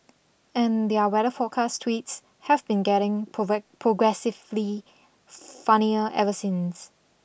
and their weather forecast tweets have been getting progressively funnier ever since